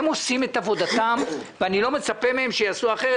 הם עושים את עבודתם ואני לא מצפה מהם שיעשו אחרת,